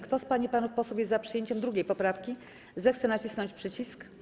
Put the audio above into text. Kto z pań i panów posłów jest za przyjęciem 2. poprawki, zechce nacisnąć przycisk.